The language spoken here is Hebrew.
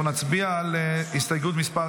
אנחנו נצביע על הסתייגות מס'